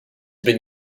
been